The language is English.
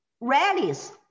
rallies